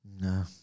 No